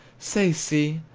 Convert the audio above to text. say, sea,